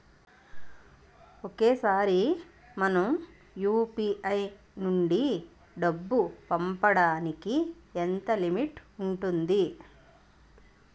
ఒకేసారి మనం యు.పి.ఐ నుంచి డబ్బు పంపడానికి ఎంత లిమిట్ ఉంటుంది?